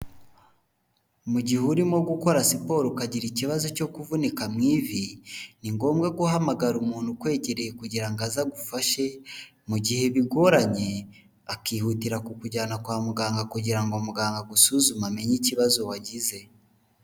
Mu gihe urimo gukora siporo ukagira ikibazo cyo kuvunika mu ivi, ni ngombwa guhamagara umuntu ukwegereye kugira ngo aze agufashe, mu gihe bigoranye akihutira kukujyana kwa muganga kugira ngo muganga agusuzume amenye ikibazo wagize.